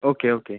okay okay